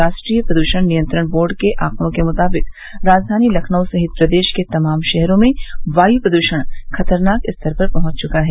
राष्ट्रीय प्रदूषण नियंत्रण बोर्ड के आंकड़ों के मुताबिक राजधानी लखनऊ सहित प्रदेश के तमाम शहरों में वायु प्रदूषण खतरनाक स्तर पर पहुंच चुका है